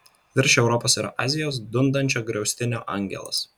virš europos ir azijos dundančio griaustinio angelas